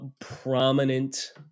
prominent